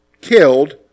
killed